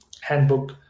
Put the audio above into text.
handbook